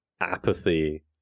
apathy